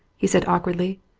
he said awkwardly.